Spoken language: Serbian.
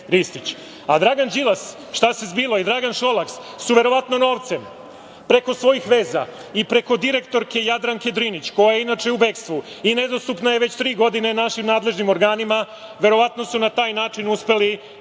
Ristić. Dragan Đilas, šta se zbilo i Dragan Šolak su verovatno novcem preko svojih veza i preko direktorke Jadranke Drinić koja je inače u bekstvu i nedostupna je već tri godine našim nadležnim organima, verovatno su na taj način uspeli da